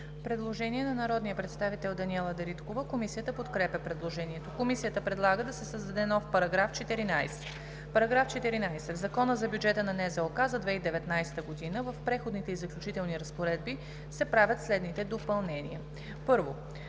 Предложение на народния представител Даниела Дариткова. Комисията подкрепя предложението. Комисията предлага да се създаде нов § 14: „§ 14. В Закона за бюджета на НЗОК за 2019 г. (обн., ДВ, бр. ...) в преходните и заключителните разпоредби се правят следните допълнения: 1.